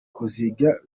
kuziga